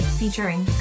featuring